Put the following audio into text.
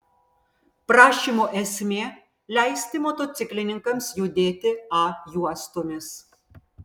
prašymo esmė leisti motociklininkams judėti a juostomis